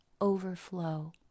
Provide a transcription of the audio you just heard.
overflow